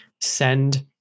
send